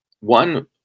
One